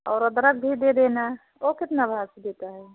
और अदरक भी दे देना वो कितना भाव से देता है